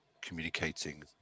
communicating